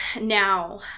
now